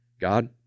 God